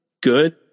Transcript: good